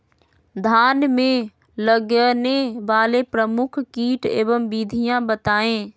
धान में लगने वाले प्रमुख कीट एवं विधियां बताएं?